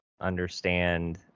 understand